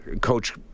coach